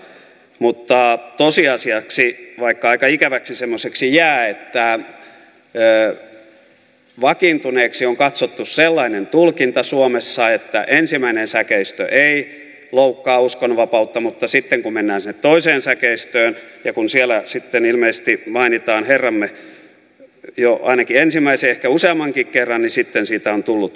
mutta tosiasiaksi vaikka aika ikäväksi semmoiseksi jää että vakiintuneeksi on katsottu sellainen tulkinta suomessa että ensimmäinen säkeistö ei loukkaa uskonnonvapautta mutta sitten kun mennään sinne toiseen säkeistöön ja kun siellä sitten ilmeisesti mainitaan herramme jo ainakin ensimmäisen ehkä useammankin kerran niin sitten siitä on tullut ongelma